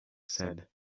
said